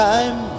Time